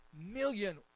million